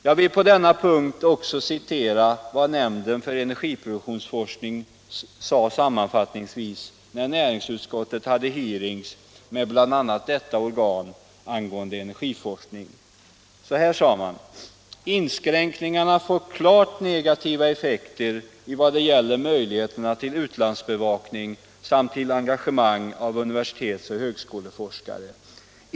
Jag vill på denna punkt också citera vad nämnden för energiproduktionsforskning sade sammanfattningsvis, när näringsutskottet hade hearings med bl.a. detta organ angående energiforskningen: ”Inskränkningarna får klart negativa effekter i vad det gäller möjligheterna till utlandsbevakning samt till engagemang av universitetsoch högskoleforskare.